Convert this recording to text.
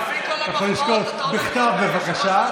הודעה אישית, בכתב, בבקשה.